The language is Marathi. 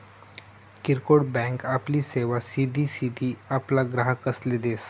किरकोड बँक आपली सेवा सिधी सिधी आपला ग्राहकसले देस